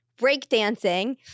breakdancing